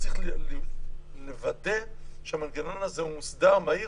-- צריך לוודא שהמנגנון הזה מוסדר ומהיר